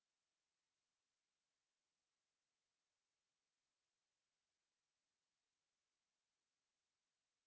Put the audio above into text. necessary